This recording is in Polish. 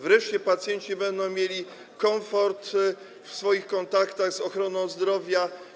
Wreszcie pacjenci będą mieli komfort w swoich kontaktach z ochroną zdrowia.